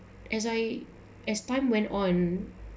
as I as time went on